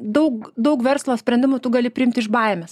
daug daug verslo sprendimų tu gali priimti iš baimės